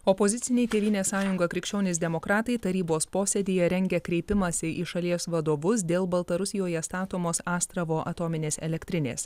opoziciniai tėvynės sąjunga krikščionys demokratai tarybos posėdyje rengia kreipimąsi į šalies vadovus dėl baltarusijoje statomos astravo atominės elektrinės